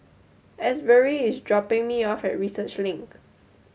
Asbury is dropping me off at Research Link